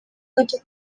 gato